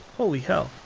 holy hell.